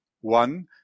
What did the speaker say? one